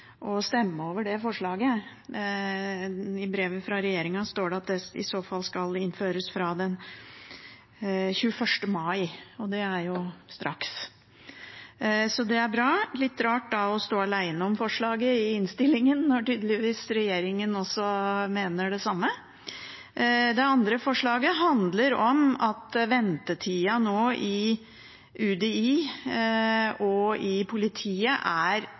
å stemme over det forslaget. I brevet fra regjeringen står det at det i så fall skal innføres fra 21. mai, og det er jo straks. Det er bra. Det er litt rart da å stå alene om forslaget i innstillingen, når regjeringen tydeligvis mener det samme. Det andre forslaget handler om at ventetida i UDI og i politiet nå er